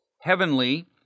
Heavenly